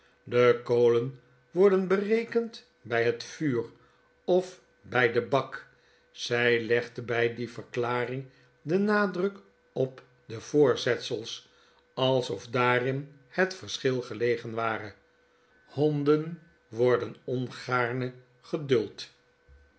de kolen worden berekend bij het vuur of bg de bak zij legde bij die verklaring den nadruk op de voorzetsels alsof darin het verschil gelegen ware honden worden ongaarne geduld